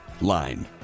line